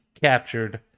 captured